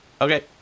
Okay